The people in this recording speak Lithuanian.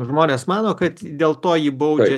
žmonės mano kad dėl to jį baudžia